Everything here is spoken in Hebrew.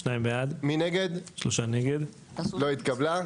הצבעה בעד, 2 נגד, 3 נמנעים, 0 הרביזיה לא התקבלה.